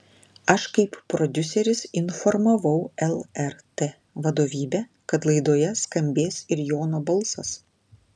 aš kaip prodiuseris informavau lrt vadovybę kad laidoje skambės ir jono balsas